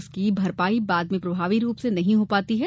उसकी भरपाई बाद में प्रभावी रूप से नहीं हो पाती है